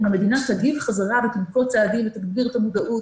אם המדינה תגיב חזרה ותנקוט צעדים ותגביר את המודעות